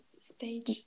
stage